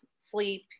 sleep